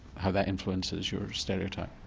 how that influences your stereotyping.